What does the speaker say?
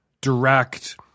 direct